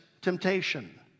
temptation